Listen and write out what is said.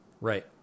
Right